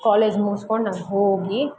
college ಮುಗ್ಸ್ಕೊಂಡು ನಾನು ಹೋಗಿ